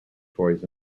toys